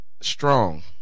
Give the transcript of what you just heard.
strong